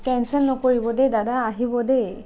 cancel নকৰিব দেই দাদা আহিব দেই